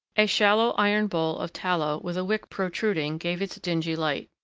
a shallow iron bowl of tallow with a wick protruding gave its dingy light.